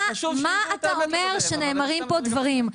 מה אתה אומר שנאמרים פה דברים?